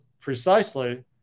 precisely